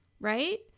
Right